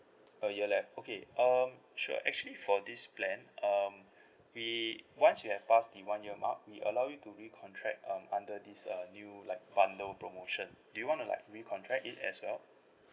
a year left okay um sure actually for this plan um we once you have passed the one year mark we allow you to recontract um under this uh new like bundle promotion do you wanna like recontract it as well